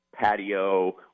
patio